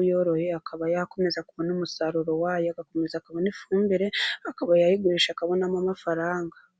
uyoroye akaba yakomeza kubona umusaruro wayo agakomeza akabona n' ifumbire akaba yayigurisha akabonamo amafaranga.